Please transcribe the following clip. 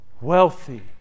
wealthy